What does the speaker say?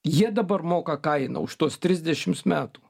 jie dabar moka kainą už tuos trisdešimts metų